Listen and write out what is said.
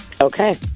Okay